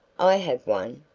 i have one,